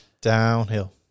downhill